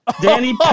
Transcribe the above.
Danny